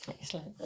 Excellent